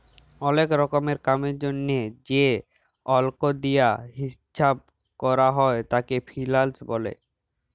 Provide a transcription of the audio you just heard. ওলেক রকমের কামের জনহে যে অল্ক দিয়া হিচ্চাব ক্যরা হ্যয় তাকে ফিন্যান্স ব্যলে